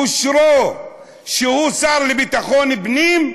כושרו, שהוא שר לביטחון פנים: